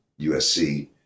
USC